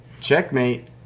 Checkmate